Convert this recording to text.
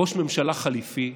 ראש ממשלה חליפי.